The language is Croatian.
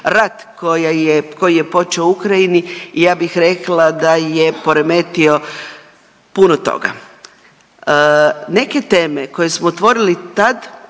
rat koji je počeo u Ukrajini i ja bih rekla da je poremetio puno toga. Neke teme koje smo otvorili tad